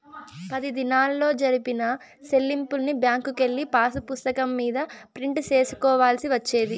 పది దినాల్లో జరిపిన సెల్లింపుల్ని బ్యాంకుకెళ్ళి పాసుపుస్తకం మీద ప్రింట్ సేసుకోవాల్సి వచ్చేది